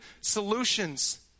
solutions